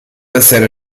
essere